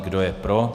Kdo je pro?